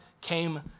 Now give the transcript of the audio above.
came